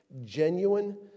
Genuine